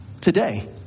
today